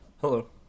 Hello